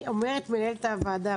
אומרת מנהלת הוועדה,